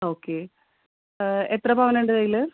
okay എത്ര പവനുണ്ട് കയ്യിൽ